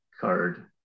card